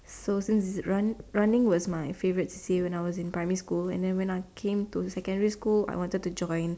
so running running was my favourite C_C_A when I was in primary school and then when I was in secondary school I wanted to join